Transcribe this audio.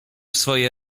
swoje